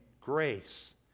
grace